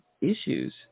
issues